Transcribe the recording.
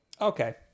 Okay